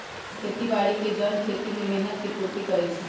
खेती बाड़ी के जन खेती में मेहनत के पूर्ति करइ छइ